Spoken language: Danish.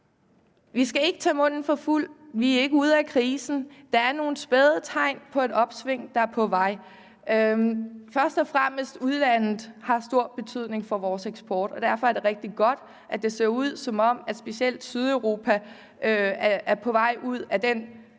vi skal ikke tage munden for fuld; vi er ikke ude af krisen. Der er nogle spæde tegn på, at et opsving er på vej. Først og fremmest har udlandet jo stor betydning for vores eksport, og derfor er det rigtig godt, at det ser ud, som om specielt Sydeuropa er på vej ud af den